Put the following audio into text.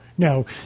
No